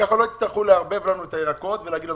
כך לא יצטרכו לערבב לנו את הירקות והפירות.